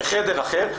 בחדר אחר,